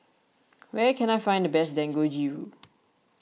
where can I find the best Dangojiru